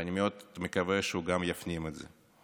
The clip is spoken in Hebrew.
ואני מאוד מקווה שהוא גם יפנים את זה.